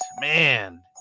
man